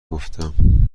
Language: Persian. گفتم